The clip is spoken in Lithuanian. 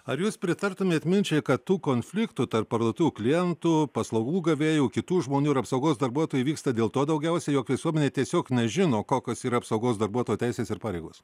ar jūs pritartumėt minčiai kad tų konfliktų tarp parduotuvių klientų paslaugų gavėjų kitų žmonių ir apsaugos darbuotojų įvyksta dėl to daugiausiai jog visuomenė tiesiog nežino kokios yra apsaugos darbuotojo teisės ir pareigos